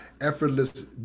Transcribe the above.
effortless